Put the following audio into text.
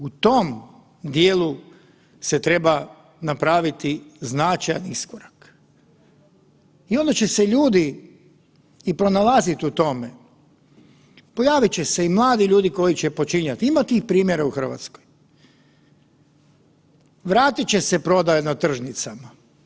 U tom dijelu se treba napraviti značajan iskorak i onda će se ljudi i pronalazit u tome, pojavit će se i mladi ljudi koji će počinjati, ima tih primjera u Hrvatskoj, vratit će se prodaja na tržnicama.